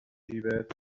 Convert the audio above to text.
جیبت